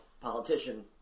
politician